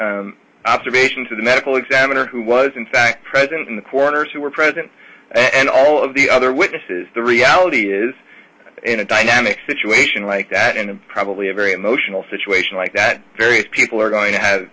e observations of the medical examiner who was in fact present in the quarters who were present and all of the other witnesses the reality is in a dynamic situation like that in probably a very emotional situation like that very people are going to have